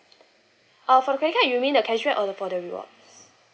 uh for credit card you mean the cash back or for the rewards